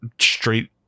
straight